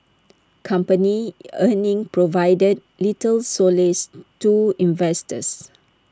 company earnings provided little solace to investors